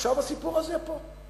ועכשיו הסיפור הזה פה.